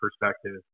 perspective